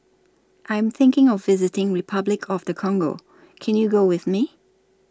I Am thinking of visiting Repuclic of The Congo Can YOU Go with Me